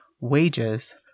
wages